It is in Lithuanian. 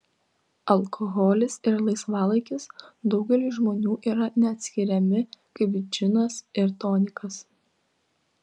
alkoholis ir laisvalaikis daugeliui žmonių yra neatskiriami kaip džinas ir tonikas